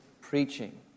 preaching